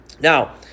Now